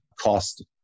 cost